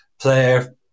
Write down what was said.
player